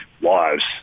lives